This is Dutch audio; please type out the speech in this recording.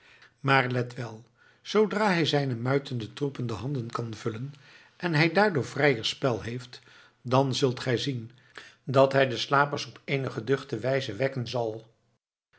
maar let wel zoodra hij zijnen muitenden troepen de handen kan vullen en hij daardoor vrijer spel heeft dan zult gij zien dat hij de slapers op eene geduchte wijze wekken zal